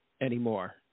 anymore